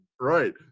right